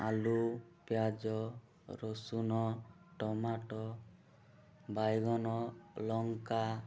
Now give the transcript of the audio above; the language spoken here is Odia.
ଆଲୁ ପିଆଜ ରସୁଣ ଟମାଟ ବାଇଗଣ ଲଙ୍କା